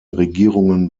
regierungen